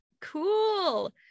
cool